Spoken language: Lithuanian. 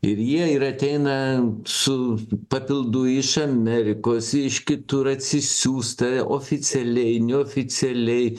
ir jie ir ateina su papildų iš amerikos iš kitur atsisiųsta oficialiai neoficialiai